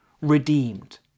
redeemed